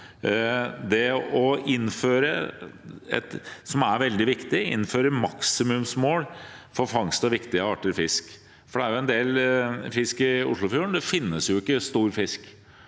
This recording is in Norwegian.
å innføre et maksimumsmål for fangst av viktige arter fisk, for det er en del fisk i Oslofjorden. Det finnes jo ikke stor fisk,